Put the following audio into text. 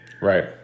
Right